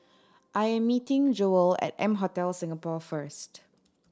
I am meeting Jewell at M Hotel Singapore first